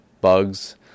bugs